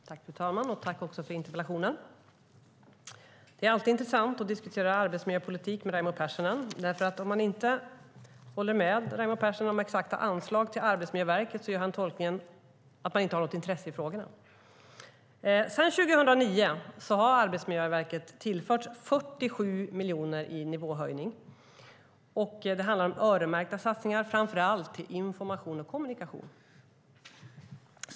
Fru talman! Tack, Raimo Pärssinen, för interpellationen! Det är alltid intressant att diskutera arbetsmiljöpolitik med Raimo Pärssinen. Om man inte håller med Raimo Pärssinen om exakta anslag till Arbetsmiljöverket gör han tolkningen att man inte har något intresse i frågorna. Sedan 2009 har Arbetsmiljöverket tillförts 47 miljoner i nivåhöjning. Det handlar om öronmärkta satsningar, framför allt till information och kommunikation.